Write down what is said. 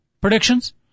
predictions